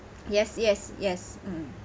yes yes yes mm